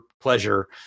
pleasure